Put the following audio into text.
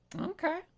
Okay